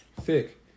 thick